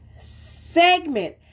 segment